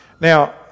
Now